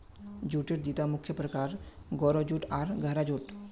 जूटेर दिता मुख्य प्रकार, गोरो जूट आर गहरा जूट